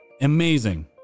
Amazing